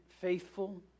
faithful